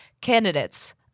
Candidates